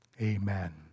Amen